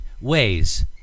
ways